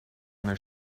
their